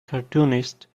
cartoonist